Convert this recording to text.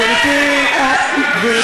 גברתי היושבת-ראש,